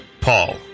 Paul